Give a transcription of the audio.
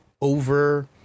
over